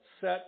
set